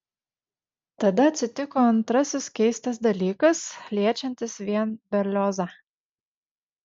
tada atsitiko antrasis keistas dalykas liečiantis vien berliozą